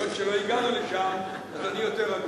היות שלא הגענו לשם, אז אני יותר רגוע.